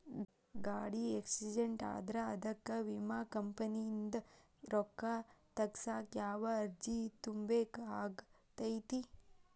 ಗಾಡಿ ಆಕ್ಸಿಡೆಂಟ್ ಆದ್ರ ಅದಕ ವಿಮಾ ಕಂಪನಿಯಿಂದ್ ರೊಕ್ಕಾ ತಗಸಾಕ್ ಯಾವ ಅರ್ಜಿ ತುಂಬೇಕ ಆಗತೈತಿ?